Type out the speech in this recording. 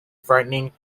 frightening